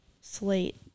Slate